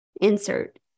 Insert